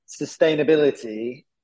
sustainability